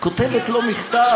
כותבת לו מכתב.